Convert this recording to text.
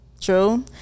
True